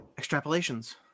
Extrapolations